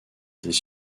des